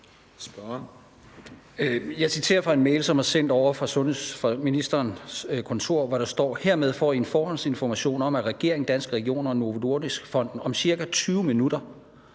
Jeg citerer fra en mail, som er sendt ovre fra ministerens kontor, hvor der står: Hermed får I en forhåndsinformation om, at regeringen, Danske Regioner og Novo Nordisk Fonden om ca. 20 minutter